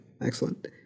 excellent